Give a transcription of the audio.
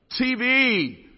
TV